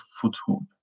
foothold